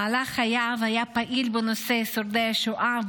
במהלך חייו היה פעיל בנושא שורדי השואה,